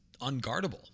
unguardable